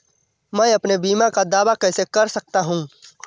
मैं अपने बीमा का दावा कैसे कर सकता हूँ?